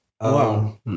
Wow